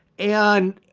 and